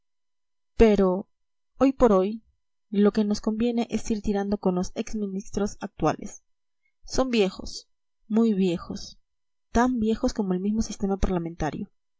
pero hoy por hoy lo que nos conviene es ir tirando con los ex ministros actuales son viejos muy viejos tan viejos como el mismo sistema parlamentario